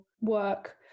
work